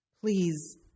Please